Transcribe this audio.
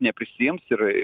neprisiims ir